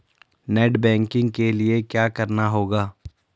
Net banking के लिए क्या करना होगा?